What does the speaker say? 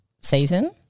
season